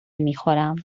میخورم